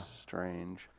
strange